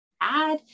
add